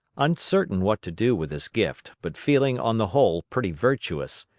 uncertain what to do with his gift, but feeling, on the whole, pretty virtuous,